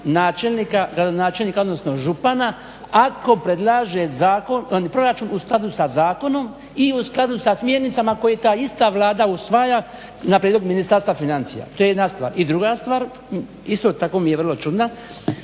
gradonačelnika, odnosno župana ako predlaže proračun u skladu sa zakonom i u skladu sa smjernicama koje ta ista Vlada usvaja na prijedlog Ministarstva financija. To je jedna stvar. I druga stvar, isto tako mi je vrlo čudna,